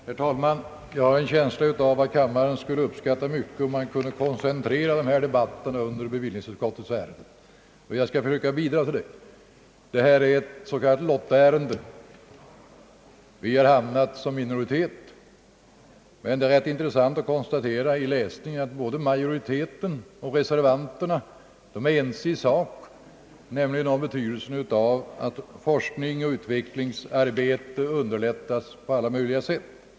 Herr talman! Jag har en känsla av att kammaren skulle mycket uppskatta om vi kunde koncentrera debatten i bevillningsutskottets ärenden. Jag skall försöka bidraga härtill. Detta ärende är ett s.k. lottärende. Vi har råkat bli i minoritet, men det är rätt intressant att konstatera att majoriteten och reservanterna är ense i sak, nämligen om betydelsen av att forskningsoch utvecklingsarbete underlättas på alla möjliga sätt.